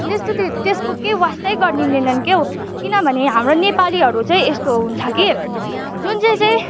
त्यस्तो त्यसको केही वास्तै गरिदिँदैनन् क्याउ किनभने हाम्रो नेपालीहरू चाहिँ यस्तो हुन्छ कि जुन चाहिँ चाहिँ